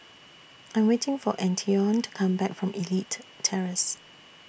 I'm waiting For Antione to Come Back from Elite Terrace